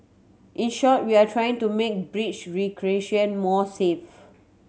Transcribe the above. in short we are trying to make breach recreation more safe